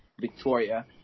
Victoria